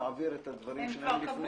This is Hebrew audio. אני יודע.